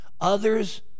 Others